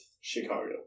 Chicago